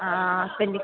ആ അപ്പെൻഡിക്സ്